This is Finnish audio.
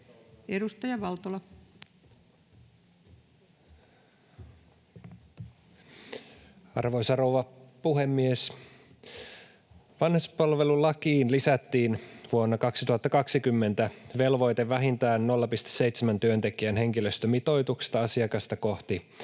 Edustaja Valtola. Arvoisa rouva puhemies! Vanhuspalvelulakiin lisättiin vuonna 2020 velvoite vähintään 0,7 työntekijän henkilöstömitoituksesta asiakasta kohti